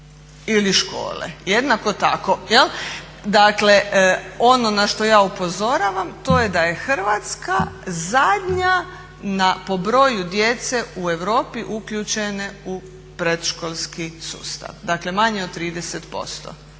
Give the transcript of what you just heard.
ili škole, jednako tako. Dakle ono na što ja upozoravam to je da je Hrvatska zadnja po broju djece u Europi uključene u predškolski sustav. Dakle manje od 30%.